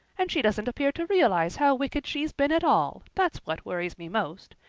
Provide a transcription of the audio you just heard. and she doesn't appear to realize how wicked she's been at all that's what worries me most.